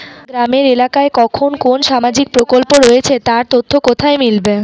গ্রামের এলাকায় কখন কোন সামাজিক প্রকল্প রয়েছে তার তথ্য কোথায় মিলবে?